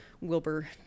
Wilbur